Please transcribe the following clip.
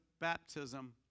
baptism